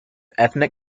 ethnic